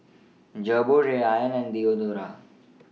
Gogo Rayban and Diadora